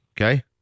okay